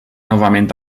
novament